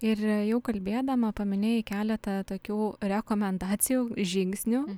ir jau kalbėdama paminėjai keletą tokių rekomendacijų žingsnių